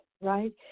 right